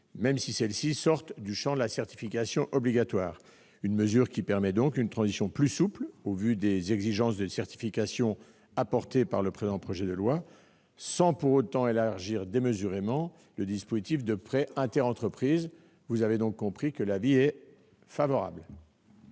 même si celles-ci sortent du champ de la certification obligatoire. Une telle mesure permet une transition plus souple, au vu des exigences de certification introduites par le présent projet de loi, sans pour autant élargir démesurément le dispositif de prêts inter-entreprises. Vous l'avez compris, mes chers